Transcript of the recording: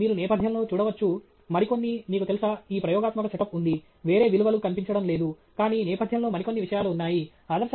కానీ మీరు నేపథ్యంలో చూడవచ్చు మరికొన్ని మీకు తెలుసా ఈ ప్రయోగాత్మక సెటప్ ఉంది వేరే విలువలు కనిపించడం లేదు కానీ నేపథ్యంలో మరికొన్ని విషయాలు ఉన్నాయి